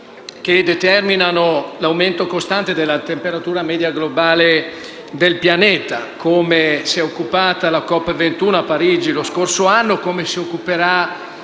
che determinano l’aumento costante della temperatura media globale del pianeta, di cui si è occupata la COP21 a Parigi lo scorso anno e di cui si occuperà